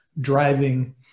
driving